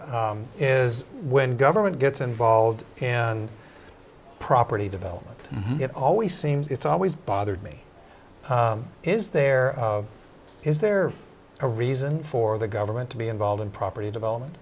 is when government gets involved and property development it always seems it's always bothered me is there is there a reason for the government to be involved in property development